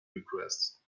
requests